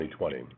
2020